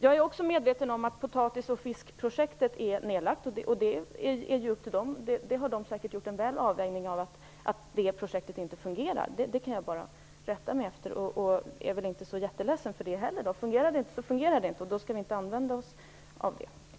Jag är också medveten om att potatis och fiskprojektet är nedlagt. Det beror säkert på att man har bedömt att projektet inte fungerar. Det kan jag bara konstatera, och jag är väl inte så jätteledsen för det heller. Fungerar det inte så fungerar det inte, och då skall vi inte använda oss av det.